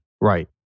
right